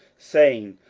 saying,